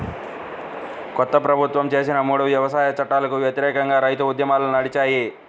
కొత్తగా ప్రభుత్వం చేసిన మూడు వ్యవసాయ చట్టాలకు వ్యతిరేకంగా రైతు ఉద్యమాలు నడిచాయి